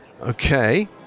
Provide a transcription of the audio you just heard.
okay